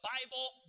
Bible